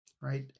right